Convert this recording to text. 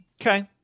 Okay